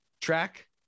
track